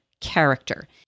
character